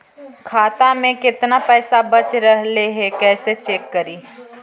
खाता में केतना पैसा बच रहले हे कैसे चेक करी?